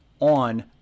On